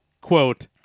quote